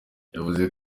yavuze